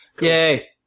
Yay